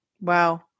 Wow